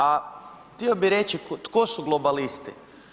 A htio bih reći tko su globalisti.